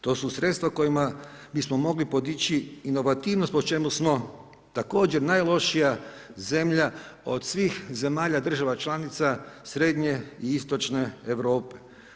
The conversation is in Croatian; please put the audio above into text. To su sredstva kojima bismo mogli podići inovativnost, po čemu smo također najlošija zemlja od svih zemalja država članica srednje i istočne Europe.